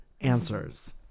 answers